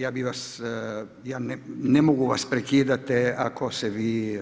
Ja bih vas, ja ne mogu vas prekidati ako se vi,